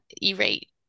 E-Rate